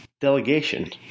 Delegation